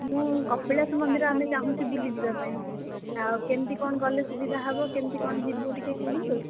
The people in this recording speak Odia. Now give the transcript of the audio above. ମୁଁ କପିଳାସ ମନ୍ଦିର ଆମେ ଚାହୁଁଛୁ ବୁଲିଯିବା ପାଇଁ ଆଉ କେମିତି କ'ଣ ଗଲେ ସୁବିଧା ହେବ କେମିତି କ'ଣ ଯିବୁ ଟିକିଏ କୁହନ୍ତୁ